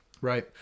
Right